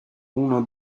uno